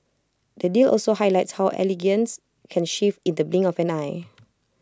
the deal also highlights how elegance can shift in the blink of an eye